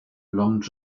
long